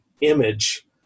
image